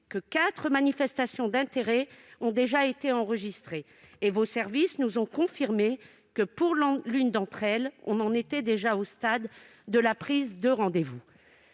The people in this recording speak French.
que quatre manifestations d'intérêt ont déjà été enregistrées. Vos services nous ont confirmé que, pour l'une d'entre elles, nous en étions déjà au stade de la prise de rendez-vous.